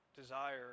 desire